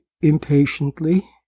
impatiently